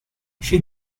she